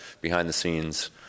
behind-the-scenes